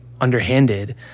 underhanded